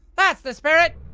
that's the spirit!